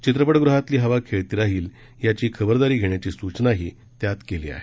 चित्रपटगृहातली हवा खेळती राहील याची खबरदारी घेण्याची सूचनाही त्यात केली आहे